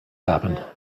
happened